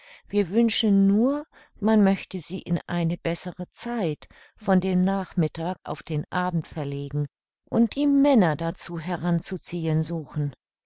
wir wünschen nur man möchte sie in eine bessere zeit von dem nachmittag auf den abend verlegen und die männer dazu heran zu ziehen suchen